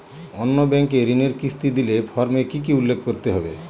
অন্য ব্যাঙ্কে ঋণের কিস্তি দিলে ফর্মে কি কী উল্লেখ করতে হবে?